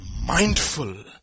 mindful